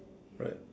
right